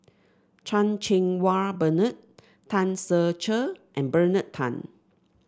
Chan Cheng Wah Bernard Tan Ser Cher and Bernard Tan